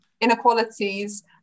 inequalities